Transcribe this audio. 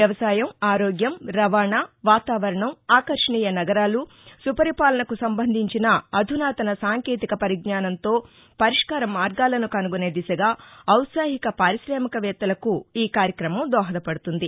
వ్యవసాయం ఆరోగ్యం రవాణా వాతావరణం ఆకర్వణీయ నగరాలు సుపరిపాలకు సంబంధించిన అధునాతన సాంకేతిక పరిజ్ఞానంతో పరిష్కార మార్గాలను కనుగొనే దిశగా జౌత్సాహిక పార్కిశామిక వేత్తలకు ఈ కార్యక్రమం దోహదపడుతుంది